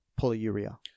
polyuria